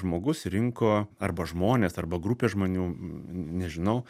žmogus rinko arba žmonės arba grupė žmonių nežinau